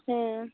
ᱦᱩᱢ